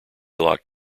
lock